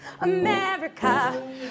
America